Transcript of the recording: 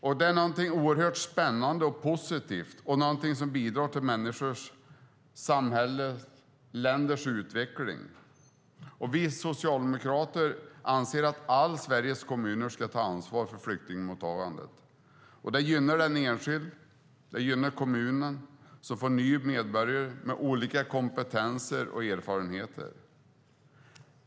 Detta är någonting oerhört spännande och positivt, och det bidrar till utvecklig av samhällen och länder. Vi socialdemokrater anser att alla Sveriges kommuner ska ta ansvar för flyktingmottagandet. Det gynnar den enskilde och kommunen som får nya medborgare med olika kompetenser och erfarenheter.